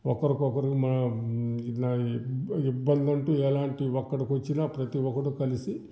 ఒకరికొకరు ఇబ్బందంటు ఏలాంటి ఒక్కరికి వచ్చిన ప్రతి ఒకరు కలిసి